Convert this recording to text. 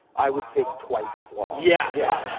i would take twice as long. yeah. yeah.